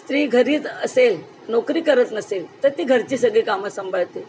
स्त्री घरात असेल नोकरी करत नसेल तर ती घरची सगळी कामं सांभाळते